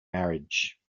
marriage